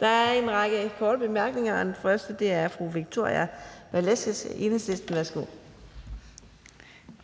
Der er en række korte bemærkninger. Den første er fra fru Victoria Velasquez, Enhedslisten. Værsgo. Kl. 18:05 Victoria Velasquez (EL):